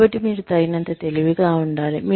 కాబట్టి మీరు తగినంత తెలివిగా ఉండాలి